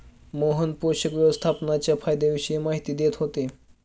मोहन पोषक व्यवस्थापनाच्या फायद्यांविषयी माहिती देत होते